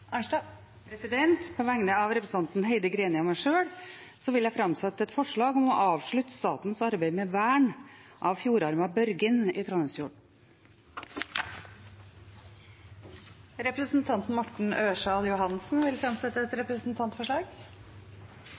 På vegne av representanten Heidi Greni og meg sjøl vil jeg framsette et forslag om å avslutte statens arbeid med vern av fjordarmen Børgin i Trondheimsfjorden. Representanten Morten Ørsal Johansen vil fremsette et representantforslag.